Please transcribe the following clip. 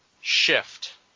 shift